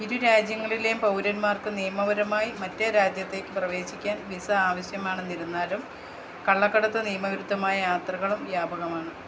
ഇരു രാജ്യങ്ങളിലെയും പൗരന്മാർക്ക് നിയമപരമായി മറ്റേ രാജ്യത്തേക്ക് പ്രവേശിക്കാൻ വിസ ആവശ്യമാണെന്നിരുന്നാലും കള്ളക്കടത്തും നിയമവിരുദ്ധമായ യാത്രകളും വ്യാപകമാണ്